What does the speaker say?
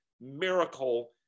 miracle